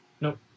Nope